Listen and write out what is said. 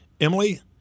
Emily